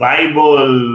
Bible